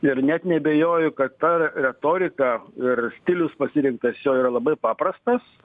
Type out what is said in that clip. ir net neabejoju kad ta retorika ir stilius pasirinktas jo yra labai paprastas